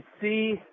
see